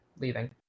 leaving